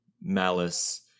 malice